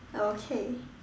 okay